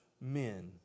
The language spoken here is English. men